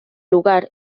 lugar